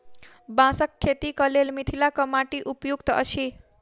बाँसक खेतीक लेल मिथिलाक माटि उपयुक्त अछि